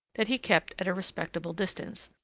that he kept at a respectful distance,